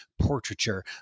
portraiture